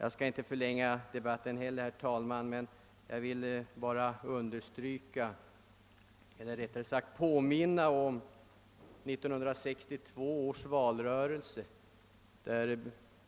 Jag vill påminna om att i 1962 års valrörelse